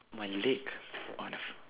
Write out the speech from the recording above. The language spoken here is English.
my leg on the